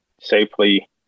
safely